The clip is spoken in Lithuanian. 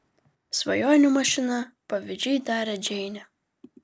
svajonių mašina pavydžiai taria džeinė